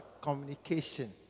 communication